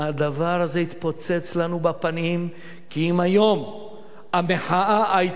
הדבר הזה יתפוצץ לנו בפנים, כי אם היום המחאה היתה